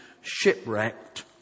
shipwrecked